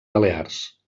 balears